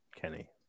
kenny